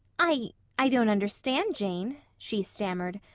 i i don't understand, jane, she stammered.